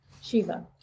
Shiva